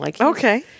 Okay